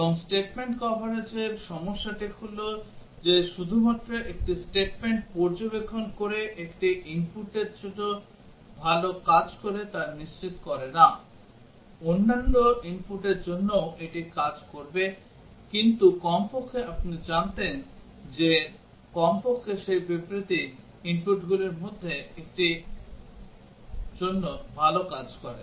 এবং statement কভারেজের সমস্যাটিও হল যে শুধুমাত্র একটি statement পর্যবেক্ষণ করে একটি inputর জন্য ভাল কাজ করে তা নিশ্চিত করে না অন্যান্য inputর জন্যও এটি কাজ করবে কিন্তু কমপক্ষে আপনি জানতেন যে কমপক্ষে সেই বিবৃতি inputগুলির মধ্যে একটির জন্য ভাল কাজ করে